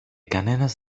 κανένας